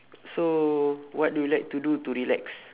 so what do you like to do to relax